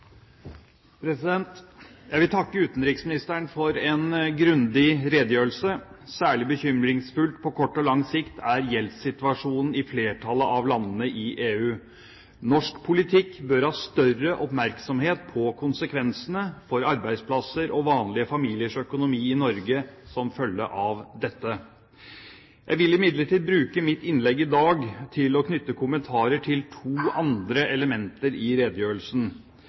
gjeldssituasjonen til flertallet av landene i EU. Norsk politikk bør ha større oppmerksomhet på konsekvensene for arbeidsplasser og vanlige familiers økonomi i Norge som følge av dette. Jeg vil imidlertid bruke mitt innlegg i dag til å knytte kommentarer til to andre elementer i redegjørelsen,